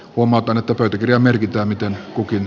huomautan että pöytäkirjamerkintää miten kukin